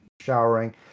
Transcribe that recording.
showering